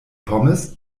pommes